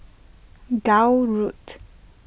Gul Road